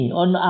on